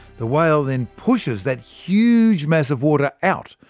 the whale then pushes that huge mass of water out,